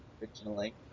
originally